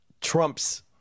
trumps